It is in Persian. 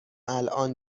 الان